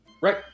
Right